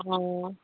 অঁ